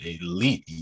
elite